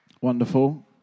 Wonderful